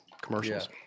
commercials